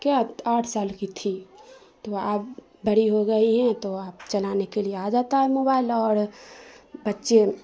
کیا آٹھ سال کی تھی تو اب بڑی ہو گئی ہیں تو اب چلانے کے لیے آ جاتا ہے موبائل اور بچے